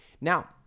Now